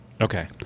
Okay